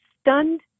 stunned